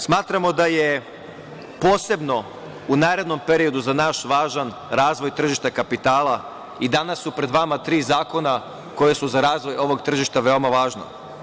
Smatramo da je posebno u narednom periodu za nas važan razvoj tržišta kapitala i danas su pred vama tri zakona, koja su za razvoj ovog tržišta veoma važna.